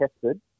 tested